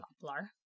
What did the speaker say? poplar